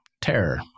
terror